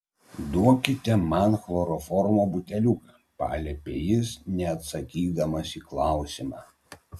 duokite man chloroformo buteliuką paliepė jis neatsakydamas į klausimą